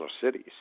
cities